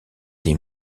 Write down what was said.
des